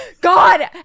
God